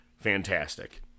fantastic